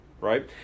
Right